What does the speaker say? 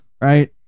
Right